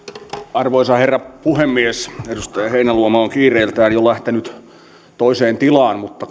arvoisa herra puhemies edustaja heinäluoma on kiireiltään jo lähtenyt toiseen tilaan mutta